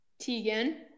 Tegan